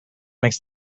makes